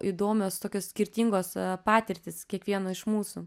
įdomios tokios skirtingos patirtys kiekvieno iš mūsų